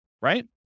right